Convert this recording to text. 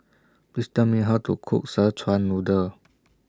Please Tell Me How to Cook Szechuan Noodle